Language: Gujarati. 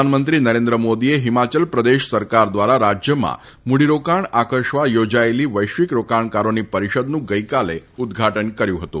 પ્રધાનમંત્રી નરેન્દ્ર મોદીએ હિમાચલ પ્રદેશ સરકાર દ્વારા રાજ્યમાં મૂડીરોકાણ આકર્ષવા યોજાયેલી વૈશ્વિક રોકાણકારોની પરિષદનું ગઈકાલે ઉદઘાટન કર્યું હતું